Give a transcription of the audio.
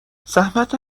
زحمت